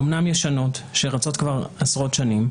אמנם ישנות שרצות כבר עשרות שנים,